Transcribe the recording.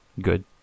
good